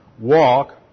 walk